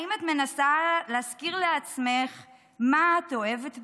האם את מנסה להזכיר לעצמך מה את אוהבת בו?